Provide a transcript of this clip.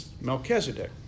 Melchizedek